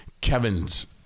Kevin's